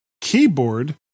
Keyboard